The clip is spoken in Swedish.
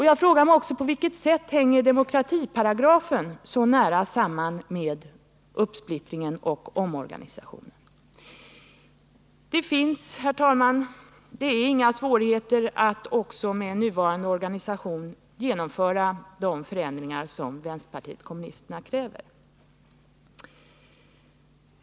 Jag frågar mig också: På vilket sätt hänger demokratiparagrafen så nära samman med uppsplittringen och omorganisationen? Det är inte svårt, herr talman, att med nuvarande organisation genomföra de förändringar som vänsterpartiet kommunisterna kräver.